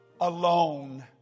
alone